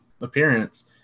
appearance